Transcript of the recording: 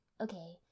Okay